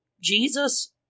Jesus